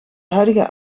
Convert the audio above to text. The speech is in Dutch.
huidige